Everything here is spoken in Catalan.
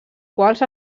quals